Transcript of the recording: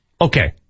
Okay